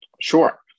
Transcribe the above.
Sure